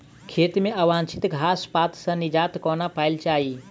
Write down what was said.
खेत मे अवांछित घास पात सऽ निजात कोना पाइल जाइ?